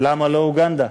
למה לא אוגנדה.